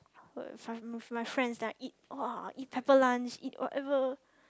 with with my friends then I eat !wah! eat pepperlunch eat whatever